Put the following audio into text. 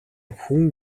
хүн